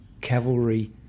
cavalry